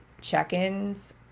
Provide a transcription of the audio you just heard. check-ins